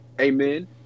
Amen